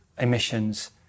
emissions